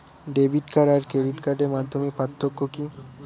Debit card আর credit কার্ডের মধ্যে পার্থক্য কি?